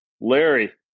Larry